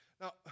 Now